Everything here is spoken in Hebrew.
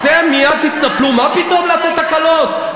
אתם מייד תתנפלו: מה פתאום לתת הקלות?